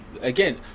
again